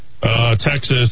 Texas